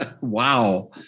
Wow